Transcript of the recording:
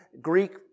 Greek